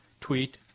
tweet